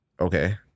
Okay